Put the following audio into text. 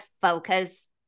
focus